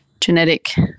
genetic